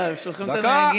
לא, הם שולחים את הנהגים.